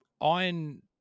iron